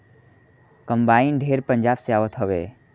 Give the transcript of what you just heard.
combine ढेर पंजाब से आवत हवे